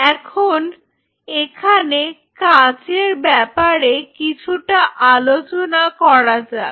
এখন এখানে কাঁচের ব্যাপারে কিছুটা আলোচনা করা যাক